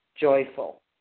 joyful